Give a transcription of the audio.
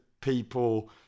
people